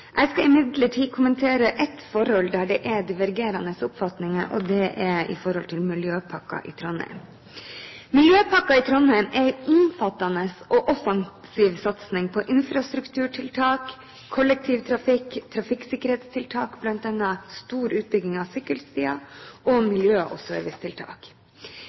Jeg skal imidlertid kommentere ett forhold der det er divergerende oppfatninger, og det gjelder miljøpakken for Trondheim. Miljøpakken for Trondheim er en omfattende og offensiv satsing på infrastrukturtiltak, kollektivtrafikktiltak, trafikksikkerhetstiltak, bl.a. stor utbygging av sykkelstier, og miljø- og servicetiltak.